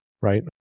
right